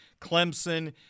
Clemson